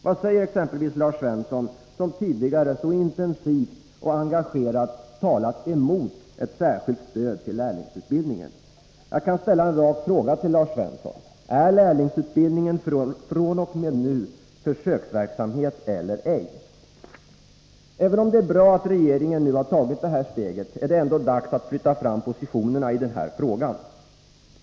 Vad säger exempelvis Lars Svensson, som tidigare så intensivt och engagerat talat emot ett särskilt stöd till lärlingsutbildningen? Jag kan ställa en rak fråga till Lars Svensson: Är lärlingsutbildningen fr.o.m. nu försöksverksamhet eller ej? Även om det är bra att regeringen nu har tagits det här steget, är det ändå dags att flytta fram positionerna i den här frågan.